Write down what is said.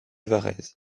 varèse